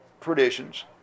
traditions